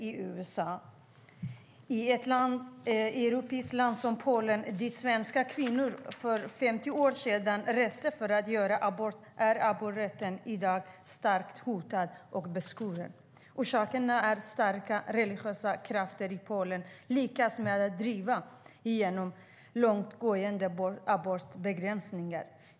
I ett europeiskt land som Polen, dit svenska kvinnor reste för 50 år sedan för att göra abort, är aborträtten i dag starkt hotad och beskuren. Orsakerna är att starka religiösa krafter i Polen har lyckats med att driva igenom långtgående abortbegränsningar.